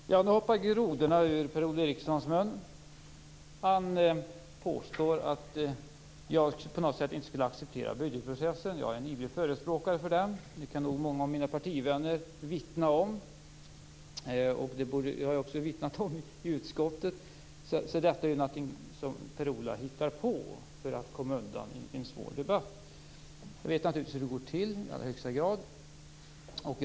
Fru talman! Nu hoppar grodorna ur Per-Ola Erikssons mun. Han påstår att jag på något sätt inte skulle acceptera budgetprocessen. Jag är en ivrig förespråkare för den - det kan nog många av mina partivänner vittna om. Det kan man också vittna om i utskottet. Detta är något som Per-Ola Eriksson hittar på för att komma undan i en svår debatt. Jag vet naturligtvis i allra högsta grad hur budgetprocessen går till.